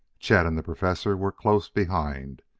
chet and the professor were close behind.